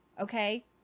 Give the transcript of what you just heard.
Okay